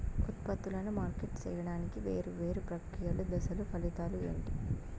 ఉత్పత్తులను మార్కెట్ సేయడానికి వేరువేరు ప్రక్రియలు దశలు ఫలితాలు ఏంటి?